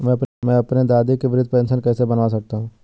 मैं अपनी दादी की वृद्ध पेंशन कैसे बनवा सकता हूँ?